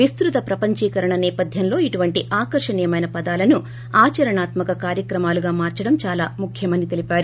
విస్తృత ప్రపంచీకరణ నేపథ్యంలో ఇటువంటి ఆకర్షణియమైన పదాలను ఆచరణాత్మక కార్యక్రమాలుగా మార్చడం చాలా ముఖ్యమని తెలిపారు